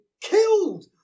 killed